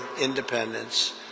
independence